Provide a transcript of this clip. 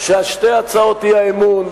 ששתי הצעות האי-אמון,